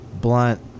Blunt